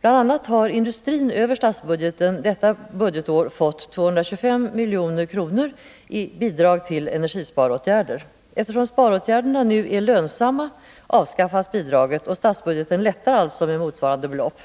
Bl. a. har industrin över statsbudgeten detta budgetår fått 225 milj.kr. i bidrag till energisparåtgärder. Eftersom sparåtgärderna nu är lönsamma avskaffas bidraget, och statsbudgeten lättar alltså med motsvarande belopp.